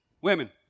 women